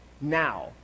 now